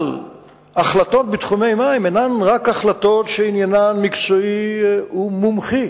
אבל החלטות בתחומי מים אינן רק החלטות שעניינן מקצועי ומומחי.